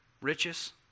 riches